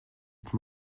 êtes